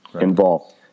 involved